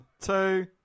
two